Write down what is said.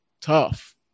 tough